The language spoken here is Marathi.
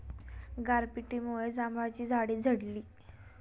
गारपिटीमुळे जांभळाची झाडे झडली